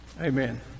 Amen